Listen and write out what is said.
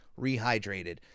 rehydrated